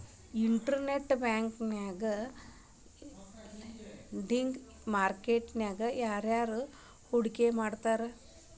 Internet bank lending market ನ್ಯಾಗ ಯಾರ್ಯಾರ್ ಹೂಡ್ಕಿ ಮಾಡ್ತಾರ?